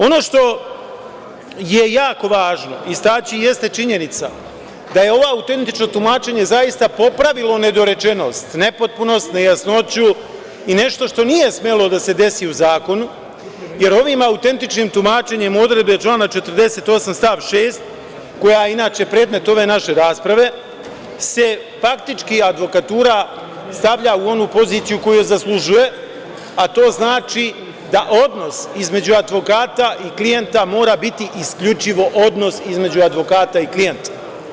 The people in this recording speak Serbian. Ono što je jako važno istaći jeste činjenica da je ovo autentično tumačenje zaista popravilo nedorečenost, nepotpunost, nejasnoću i nešto što nije smelo da se desi u zakonu, jer ovim autentičnim tumačenjem odredbe člana 48. stav 6, koja inače predmet ove naše rasprave, se faktički advokatura stavlja u onu poziciju koju zaslužuje, a to znači da odnos između advokata i klijenta mora biti isključivo odnos između advokata i klijenta.